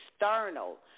external